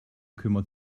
kümmert